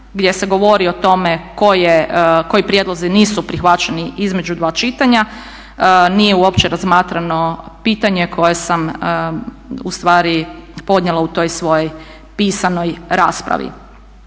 gdje se govori o tome koji prijedlozi nisu prihvaćeni između dva čitanja. Nije uopće razmatrano pitanje koje sam u stvari podnijela u toj svojoj pisanoj raspravi.